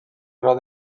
grau